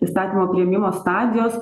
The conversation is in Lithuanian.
įstatymo priėmimo stadijos